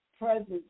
Presence